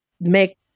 make